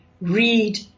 read